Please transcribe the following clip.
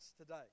today